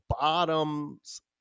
bottoms